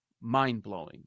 mind-blowing